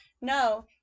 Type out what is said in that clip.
no